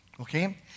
Okay